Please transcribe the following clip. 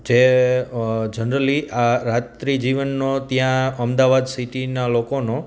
જે જનરલી આ રાત્રિ જીવનનો ત્યાં અમદાવાદ સિટીનાં લોકોનો